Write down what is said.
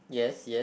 yes yes